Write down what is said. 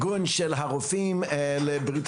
ארגון הרופאים לבריאות